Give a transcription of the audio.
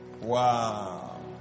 Wow